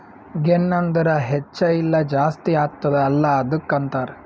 ಗೆನ್ ಅಂದುರ್ ಹೆಚ್ಚ ಇಲ್ಲ ಜಾಸ್ತಿ ಆತ್ತುದ ಅಲ್ಲಾ ಅದ್ದುಕ ಅಂತಾರ್